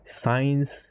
science